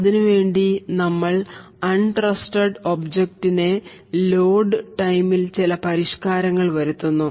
അതിനുവേണ്ടി നമ്മൾ untrusted ഒബ്ജെക്ടിനെ ലോഡ് ടൈമിൽ ചില പരിഷ്കാരങ്ങൾ വരുത്തുന്നു